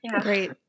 Great